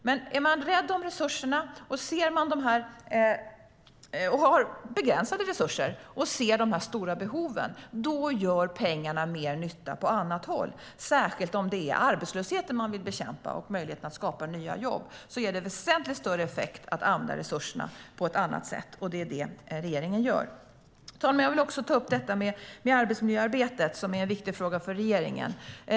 Men är man rädd om resurserna, har begränsade resurser och ser de stora behoven gör pengarna mer nytta på annat håll. Det gäller särskilt om det är arbetslösheten man vill bekämpa och man vill förbättra möjligheten att skapa nya jobb. Då ger det väsentligt större effekt att använda resurserna på ett annat sätt, och det är vad regeringen gör. Herr talman! Jag vill också ta upp frågan om arbetsmiljöarbetet, som är en viktig fråga för regeringen.